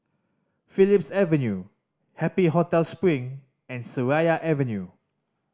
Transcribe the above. Phillips Avenue Happy Hotel Spring and Seraya Avenue